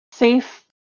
safe